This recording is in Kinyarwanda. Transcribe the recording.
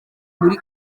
muri